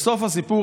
בסוף הסיפור,